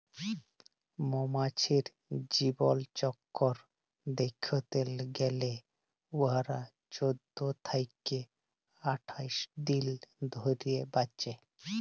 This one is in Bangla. মমাছির জীবলচক্কর দ্যাইখতে গ্যালে উয়ারা চোদ্দ থ্যাইকে আঠাশ দিল ধইরে বাঁচে